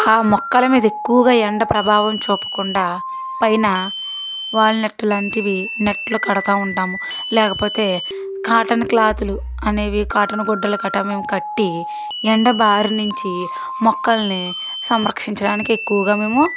ఆ మొక్కల మీద ఎక్కువగా ఎండ ప్రభావ చూపకుండా పైన వాల్ నెట్టు లాంటివి నెట్లు కడుతూ ఉంటాము లేకపోతే కాటన్ క్లాత్లు అనేవి కాటన్ గుడ్డలు గట్రా మేము కట్టి ఎండ బారి నుంచి మొక్కలని సంరక్షించడానికి ఎక్కువగా మేము